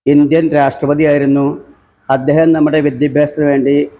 Indian രാഷ്ട്രപതി ആയിരുന്നു അദ്ദേഹം നമ്മുടെ വിദ്യാഭ്യാസത്തിന് വേണ്ടി